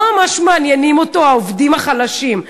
לא ממש מעניינים אותו העובדים החלשים.